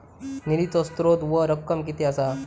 निधीचो स्त्रोत व रक्कम कीती असा?